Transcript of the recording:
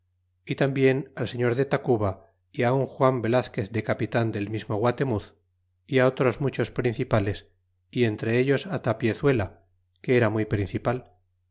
y tambien al señor de tacuba y un juan velazquez capitan del mismo guatemuz y otros muchos principales y entre ellos tapiezuela que era muy principal